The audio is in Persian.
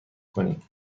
کنید